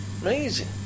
amazing